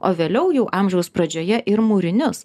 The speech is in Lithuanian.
o vėliau jau amžiaus pradžioje ir mūrinius